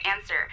answer